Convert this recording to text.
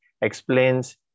explains